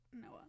Noah